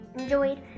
enjoyed